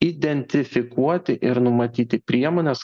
identifikuoti ir numatyti priemones